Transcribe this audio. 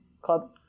club